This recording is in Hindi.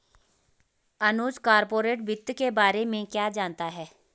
अनुज कॉरपोरेट वित्त के बारे में क्या जानता है?